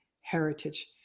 heritage